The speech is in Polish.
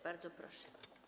Bardzo proszę.